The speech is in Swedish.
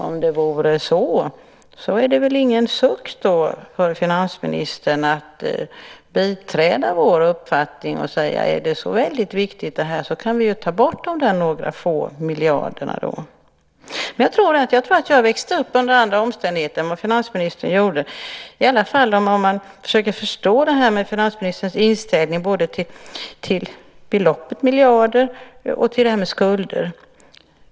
Om det var så vore det väl "ingen suck" för finansministern att biträda vår uppfattning och säga: Är det här så väldigt viktigt kan vi väl ta bort de där få miljarderna. Jag tror att jag har växt upp under andra omständigheter än finansministern - i alla fall verkar det vara så när jag försöker förstå finansministerns inställning både till beloppet miljarder och till det här med skulder.